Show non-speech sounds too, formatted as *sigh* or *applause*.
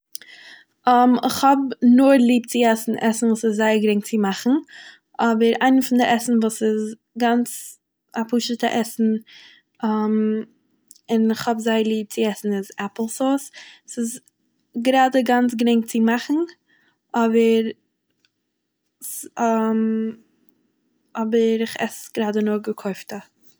*hesitation* איך האב נאר ליב צו עסן עסן וואס איז זייער גרינג צו מאכן, אבער איינער פון די עסן וואס איז גאנץ א פשוט'ע עסן *hesitation* און איך האב זייער ליב צו עסן איז עפל-סאויס, ס'איז גראדע גאנץ גרינג צו מאכן, אבער *hesitation* אבער *hesitation* איך עס עס גראדע נאר געקויפטע.